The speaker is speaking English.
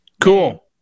Cool